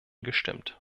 gestimmt